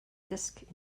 disk